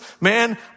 man